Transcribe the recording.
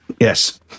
Yes